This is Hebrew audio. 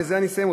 ובזה אסיים,